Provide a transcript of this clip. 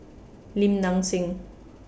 Lim Nang Seng